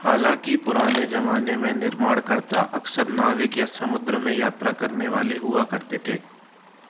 हालाँकि पुराने ज़माने में निर्माणकर्ता अक्सर नाविक या समुद्र में यात्रा करने वाले हुआ करते थे